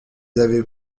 avait